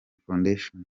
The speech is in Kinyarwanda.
foundation